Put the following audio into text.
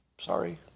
Sorry